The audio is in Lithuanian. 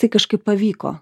tai kažkaip pavyko